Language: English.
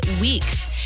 weeks